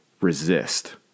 resist